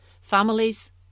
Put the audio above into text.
Families